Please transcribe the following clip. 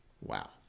Wow